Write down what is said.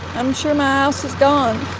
i'm sure my house is gone.